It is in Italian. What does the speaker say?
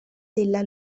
della